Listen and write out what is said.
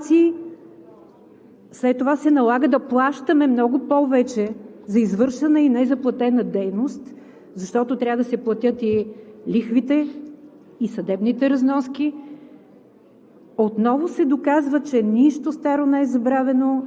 Въвеждаме лимити, въвеждаме регулации, след това се налага да плащаме много повече за извършена и незаплатена дейност, защото трябва да се платят и лихвите, и съдебните разноски.